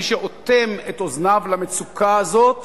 מי שאוטם את אוזניו למצוקה הזאת